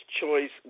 Choice